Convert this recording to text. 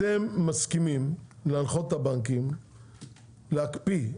אתם מסכימים להנחות את הבנקים להקפיא,